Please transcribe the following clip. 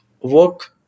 Work